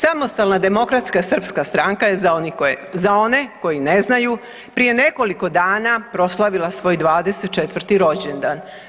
Samostalna demokratska srpska stranka za one koji ne znaju prije nekoliko dana proslavila svoj 24 rođendan.